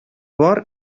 бар